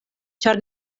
ĉar